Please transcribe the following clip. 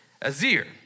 Azir